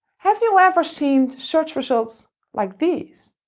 have you ever seen search results like these?